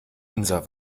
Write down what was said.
unser